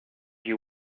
you